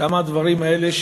כמה הדברים האלה,